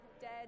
dead